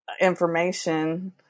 information